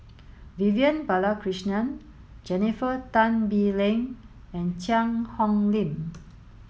Vivian Balakrishnan Jennifer Tan Bee Leng and Cheang Hong Lim